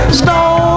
stone